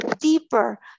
deeper